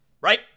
Right